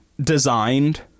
designed